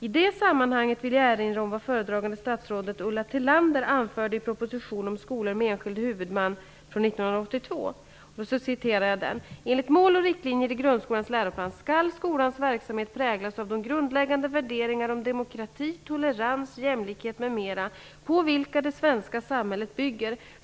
I detta sammanhang vill jag erinra om vad föredragande statsrådet, Ulla Tillander, anförde i propositionen om skolor med enskild huvudman m.m. . ''Enligt mål och riktlinjer i grundskolans läroplan skall skolans verksamhet präglas av de grundläggande värderingar om demokrati, tolerans, jämlikhet m.m. på vilka det svenska samhället bygger.